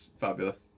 fabulous